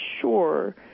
sure